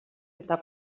eta